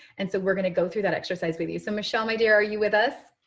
and so we're going to go through that exercise with you. so, michelle, my dear, are you with us?